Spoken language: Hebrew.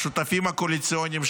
השותפים הקואליציוניים,